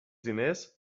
diners